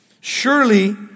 Surely